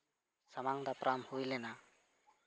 ᱥᱟᱢᱟᱝ ᱫᱟᱯᱨᱟᱢ ᱦᱩᱭ ᱞᱮᱱᱟ